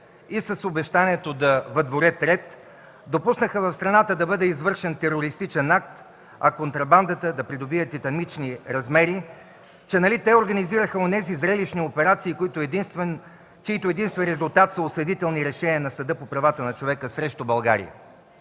и с обещанието да въдворят ред допуснаха в страната да бъде извършен терористичен акт, а контрабандата да придобие титанични размери? Че нали те организираха онези зрелищни операции, чийто единствен резултат са осъдителни решения на Съда по правата на човека срещу България?